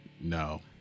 No